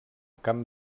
camp